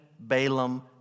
Balaam